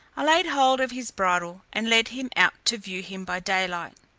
i laid hold of his bridle, and led him out to view him by daylight.